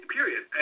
Period